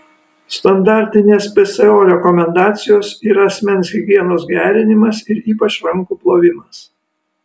standartinės pso rekomendacijos yra asmens higienos gerinimas ir ypač rankų plovimas